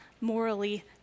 morally